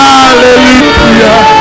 Hallelujah